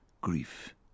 Grief